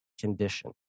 condition